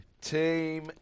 team